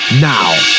now